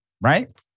right